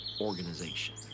organization